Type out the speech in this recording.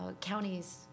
counties